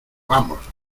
vamos